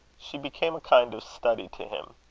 she became a kind of study to him.